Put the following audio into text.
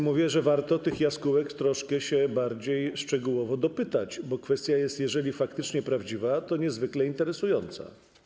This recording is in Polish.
Mówię, że warto tych jaskółek troszkę bardziej szczegółowo się dopytać, bo kwestia jest, jeżeli faktycznie prawdziwa, to niezwykle interesująca.